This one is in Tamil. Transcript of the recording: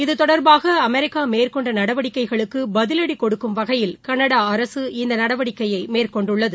இதுதொடர்பாக அமெரிக்கா மேற்கொண்ட நடவடிக்கைகளுக்கு பதிலடி கொடுக்கும் வகையில் கனடா அரசு இந்த நடவடிககையை மேற்கொண்டுள்ளது